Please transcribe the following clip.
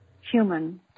human